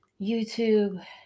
YouTube